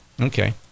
Okay